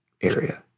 area